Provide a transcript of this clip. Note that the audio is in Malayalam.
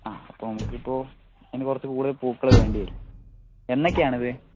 ആ അപ്പോൾ നമുക്കിപ്പോൾ അതിന് കുറച്ച് കൂടുതൽ പൂക്കൾ വേണ്ടി വരും എന്നേക്ക് ആണ് ഇത്